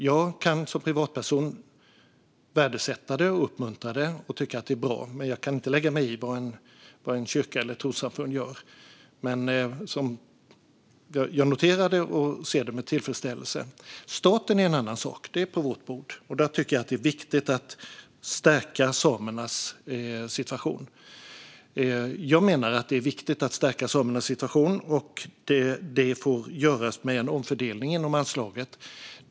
Jag kan som privatperson värdesätta och uppmuntra det och tycka att det är bra, men jag kan som politiker inte lägga mig i vad en kyrka eller ett trossamfund gör. Men jag noterar det och ser det med tillfredsställelse. Staten är en annan sak; det är på vårt bord. Jag menar att det är viktigt att stärka samernas situation, och det får göras med en omfördelning inom anslaget.